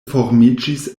formiĝis